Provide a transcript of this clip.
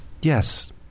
Yes